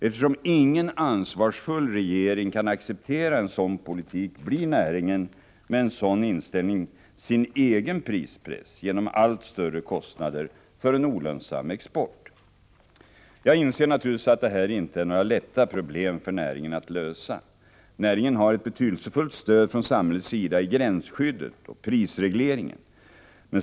Eftersom ingen ansvarsfull regering kan acceptera en sådan politik, blir näringen med en sådan inställning sin egen prispress genom allt större kostnader för en olönsam export. Jag inser naturligtvis att det här inte är några lätta problem för näringen att lösa. Näringen har ett betydelsefullt stöd från samhällets sida i gränsskyddet och prisregleringen.